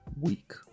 week